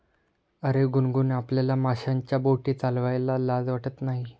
अरे गुनगुन, आपल्याला माशांच्या बोटी चालवायला लाज वाटत नाही